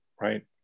right